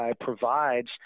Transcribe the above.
provides –